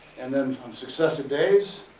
and then on successive days,